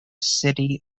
city